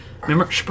Remember